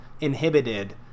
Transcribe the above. inhibited